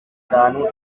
itanu